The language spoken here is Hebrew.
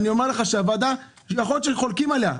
אני אומר לך שיכול להיות שחולקים על הוועדה,